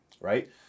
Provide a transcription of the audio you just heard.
Right